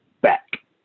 back